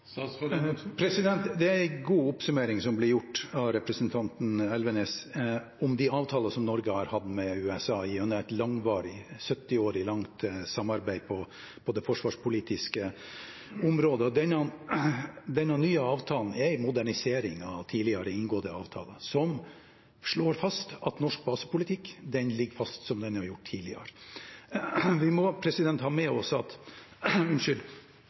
Det er en god oppsummering som blir gjort av representanten Elvenes om de avtaler som Norge har hatt med USA gjennom et langvarig – 70 år langt – samarbeid på det forsvarspolitiske området. Denne nye avtalen er en modernisering av tidligere inngåtte avtaler som slår fast at norsk basepolitikk ligger fast, som den har gjort tidligere. Vi må også ha med oss at